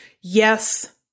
yes